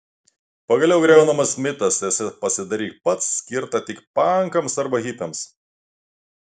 pagaliau griaunamas mitas esą pasidaryk pats skirta tik pankams arba hipiams